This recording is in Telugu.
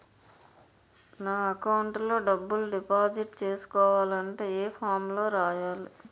నా అకౌంట్ లో డబ్బులు డిపాజిట్ చేసుకోవాలంటే ఏ ఫామ్ లో రాయాలి?